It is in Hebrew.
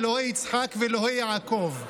אלוהי יצחק ואלוהי יעקב",